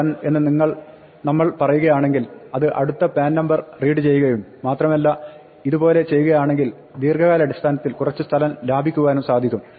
read എന്ന് നമ്മൾ പറയുകയാണെങ്കിൽ അത് അടുത്ത പാൻ നമ്പർ റീഡ് ചെയ്യുകയും മാത്രമല്ല ഇത് പോലെ ചെയ്യുകയാണെങ്കിൽ ദീർഘകാലാടിസ്ഥാനത്തിൽ കുറച്ച് സ്ഥലം ലാഭിക്കുവാനും സാധിക്കും